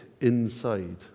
inside